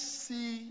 see